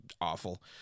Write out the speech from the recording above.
awful